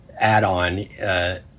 add-on